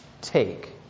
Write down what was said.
Take